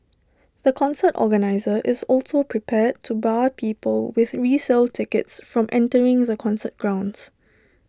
the concert organiser is also prepared to bar people with resale tickets from entering the concert grounds